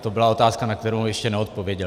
To byla otázka, na kterou mi ještě neodpověděl.